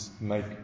make